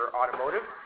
automotive